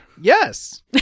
Yes